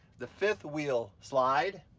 the fifth wheel slide,